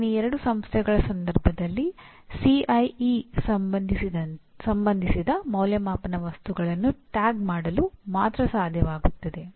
ಶ್ರೇಣಿ 2 ಸಂಸ್ಥೆಗಳ ಸಂದರ್ಭದಲ್ಲಿ ಸಿಐಇಗೆ ಸಂಬಂಧಿಸಿದ ಅಂದಾಜುವಿಕೆಯ ವಸ್ತುಗಳನ್ನು ಟ್ಯಾಗ್ ಮಾಡಲು ಮಾತ್ರ ಸಾಧ್ಯವಾಗುತ್ತದೆ